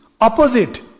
opposite